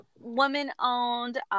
woman-owned